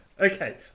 Okay